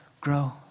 grow